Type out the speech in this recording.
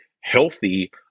healthy